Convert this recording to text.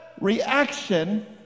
reaction